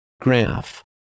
graph